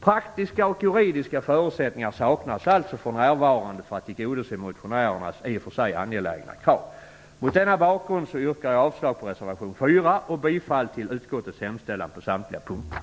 Praktiska och juridiska förutsättningar saknas alltså för närvarande för att tillgodose motionärernas i och för sig angelägna krav. Mot denna bakgrund yrkar jag avslag på reservation 4 och bifall till utskottets hemställan på samtliga punkter.